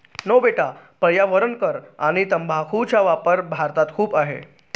no बेटा पर्यावरण कर आणि तंबाखूचा वापर भारतात खूप आहे